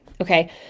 okay